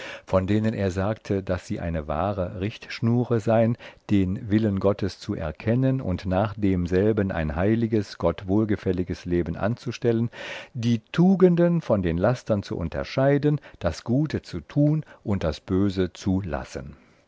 von denen er sagte daß sie eine wahre richtschnure sein den willen gottes zu erkennen und nach demselben ein heiliges gott wohlgefälliges leben anzustellen die tugenden von den lastern zu unterscheiden das gute zu tun und das böse zu